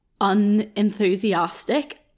unenthusiastic